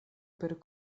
per